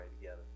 together